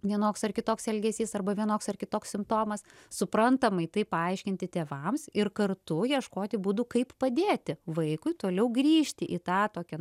vienoks ar kitoks elgesys arba vienoks ar kitoks simptomas suprantamai tai paaiškinti tėvams ir kartu ieškoti būdų kaip padėti vaikui toliau grįžti į tą tokią